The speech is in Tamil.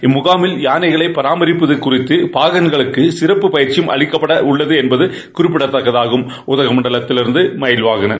இம்முகாமில் யானைகளை பராமரிப்பது குறித்து பாகன்களுக்கு சிறப்பு பயிற்சி அளிக்கப்பட உள்ளது என்பது குறிப்பிடத்தக்கது உதகமண்டலத்திலிருந்து மயில்வாகனன்